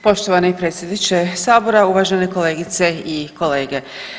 Poštovani predsjedniče sabora, uvažene kolegice i kolege.